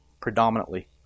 predominantly